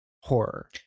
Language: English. horror